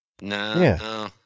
No